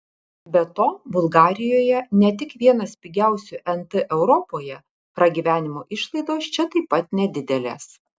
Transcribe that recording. be to bulgarijoje ne tik vienas pigiausių nt europoje pragyvenimo išlaidos čia taip pat nedidelės